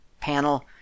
panel